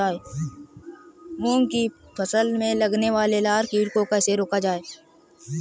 मूंग की फसल में लगने वाले लार कीट को कैसे रोका जाए?